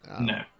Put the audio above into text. No